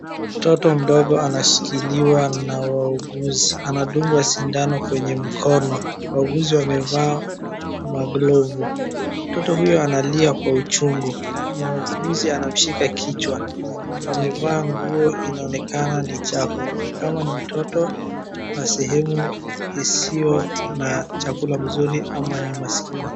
Mtoto mdogo anashikiliwa na wauguzi. Anadungwa sindano kwenye mkono. Wauguzi wamevaa maglovu. Mtoto huyu analia kwa uchungu. Muuguzi anamshika kichwa. Amevaa nguo inaonekana ni chadfu, ni kama ni mtoto wa sehemu isiyi na chakula mzuri ama ni maskini.